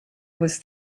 was